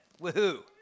woohoo